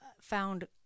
found